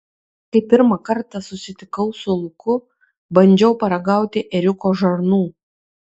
kai pirmą kartą susitikau su luku bandžiau paragauti ėriuko žarnų